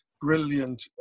brilliant